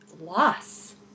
loss